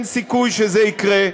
אין סיכוי שזה יקרה.